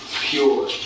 pure